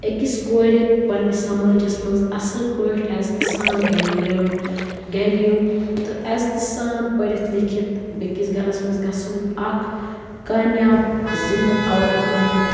أکِس کورِ پنٛنس سَماجس منٛز اَصٕل پٲٹھۍ عزتہٕ سان گَرِ نیرُن گَرِ یُن تہٕ عزتہٕ سان پٔرِتھ لیٚکِتھ بیٚکِس گَرس منٛز گَژھُن اَکھ کامیاب زِنٛدٕ عورت بنٛنُک